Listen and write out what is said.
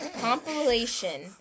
compilation